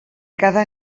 cada